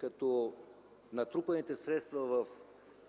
че натрупаните средства в